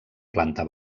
planta